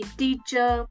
teacher